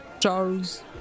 Charles